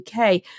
UK